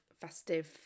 festive